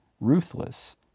ruthless